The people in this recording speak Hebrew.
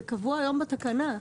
זה קבוע היום בתקנה.